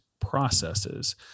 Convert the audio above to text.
processes